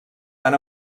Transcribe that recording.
van